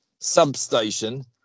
substation